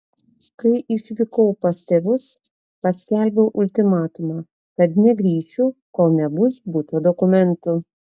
kai išvykau pas tėvus paskelbiau ultimatumą kad negrįšiu kol nebus buto dokumentų